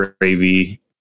Gravy